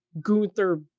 Gunther